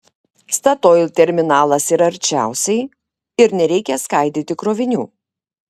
statoil terminalas yra arčiausiai ir nereikia skaidyti krovinių